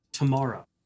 tomorrow